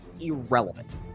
irrelevant